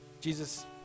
Jesus